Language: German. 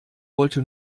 wollte